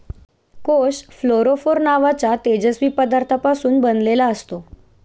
कोष फ्लोरोफोर नावाच्या तेजस्वी पदार्थापासून बनलेला असतो